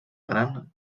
gran